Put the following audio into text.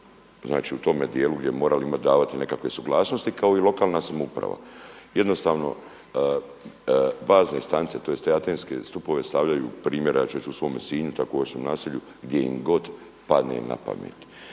znači tome dijelu gdje bi im morali davati nekakve suglasnosti kao i lokalna samouprava. Jednostavno bazne stanice, tj. te atenske stupove stavljaju, primjera ja ću reći u svome Sinju, …/Govornik se ne razumije./… naselju gdje im god padne na pamet.